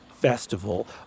festival